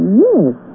yes